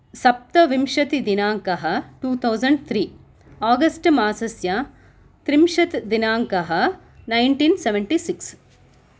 सप्तविंशतिदिनाङ्कः two thousand three August मासस्य त्रिंशत् दिनाङ्कः नैन्टीन् सवेण्टिसिक्स्